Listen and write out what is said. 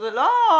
זה לא חינם.